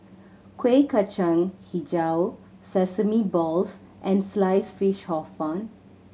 Kuih Kacang Hijau sesame balls and slice fish Hor Fun